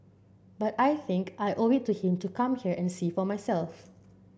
but I think I owe it to him to come here and see for myself